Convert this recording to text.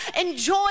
enjoy